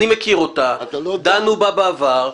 אני מכיר אותה, דנו בה בעבר,